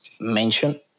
mention